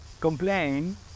Complain